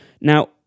Now